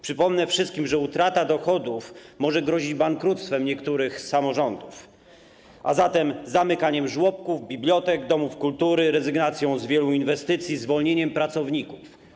Przypomnę wszystkim, że utrata dochodów może grozić bankructwem niektórych samorządów, a zatem zamykaniem żłobków, bibliotek, domów kultury, rezygnacją z wielu inwestycji, zwolnieniem pracowników.